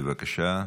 בבקשה,